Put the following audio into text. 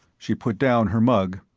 she put down her mug.